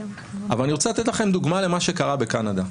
אבל אני רוצה לתת לכם דוגמה למה שקרה בקנדה.